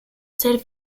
ser